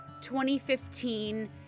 2015